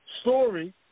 story